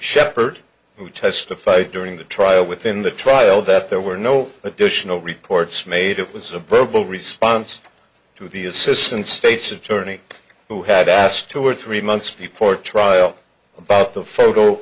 who testified during the trial within the trial that there were no additional reports made it was a verbal response to the assistant state's attorney who had asked two or three months before trial about the photo